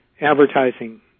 advertising